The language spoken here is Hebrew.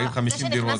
על ה-50 דירות.